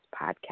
Podcast